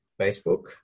Facebook